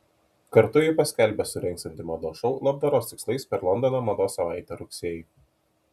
kartu ji paskelbė surengsianti mados šou labdaros tikslais per londono mados savaitę rugsėjį